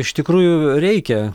iš tikrųjų reikia